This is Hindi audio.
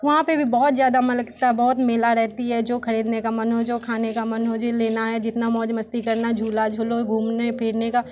वहाँ पे भी बहुत ज़्यादा मन लगता है बहुत मेला रहती है जो खरीदने का मन हो जो खाने का मन हो जो लेना है जितना मौज मस्ती करना है झूला झूलो घूमने फिरने का